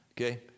Okay